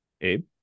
Abe